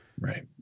right